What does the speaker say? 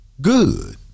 good